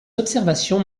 observations